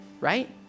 Right